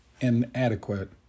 inadequate